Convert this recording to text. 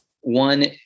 one